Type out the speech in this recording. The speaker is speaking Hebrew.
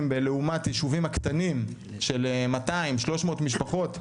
לעומת היישובים הקטנים של 200-300 משפחות,